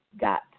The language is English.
got